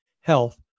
health